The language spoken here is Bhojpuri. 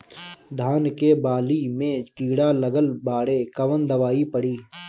धान के बाली में कीड़ा लगल बाड़े कवन दवाई पड़ी?